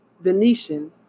Venetian